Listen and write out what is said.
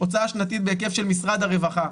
הוצאה שנתית בהיקף של משרד הרווחה.